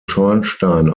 schornstein